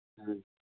ꯎꯝ